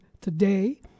today